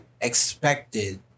expected